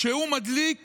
כשהוא מדליק